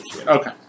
Okay